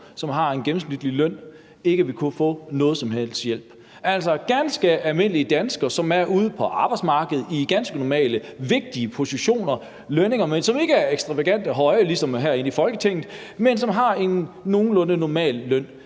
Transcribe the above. som har en gennemsnitlig løn, ikke vil kunne få nogen som helst hjælp? Der er altså tale om ganske almindelige danskere, som er ude på arbejdsmarkedet i ganske normale, vigtige positioner og med lønninger, som ikke er ekstravagante høje, som de er herinde i Folketinget, men som har en nogenlunde normal løn,